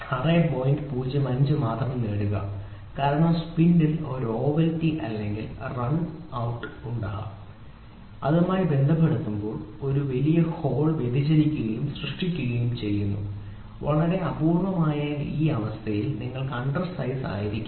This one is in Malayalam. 05 മാത്രം നേടുക കാരണം സ്പിൻഡിൽ ഒരു ഓവൽറ്റി റണ്ണൌട്ടോ ovaltyrunput ഉണ്ടാകാം ഇതുമായി താരതമ്യപ്പെടുത്തുമ്പോൾ ഒരു വലിയ ഹോൾ വ്യതിചലിക്കുകയും സൃഷ്ടിക്കുകയും ചെയ്യുന്നു വളരെ അപൂർവമായ ഒരു അവസ്ഥയിൽ നിങ്ങൾക്ക് അണ്ടർസൈസ് ആയിരിക്കാം